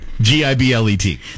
G-I-B-L-E-T